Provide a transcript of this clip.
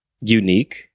unique